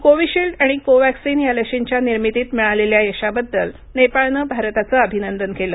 Covishield आणि Covaxin या लशींच्या निर्मितीत मिळालेल्या यशाबद्दल नेपाळनं भारताचं अभिनंदन केलं